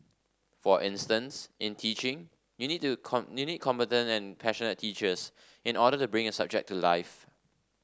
for instance in teaching you need to you need competent and passionate teachers in order to bring a subject to life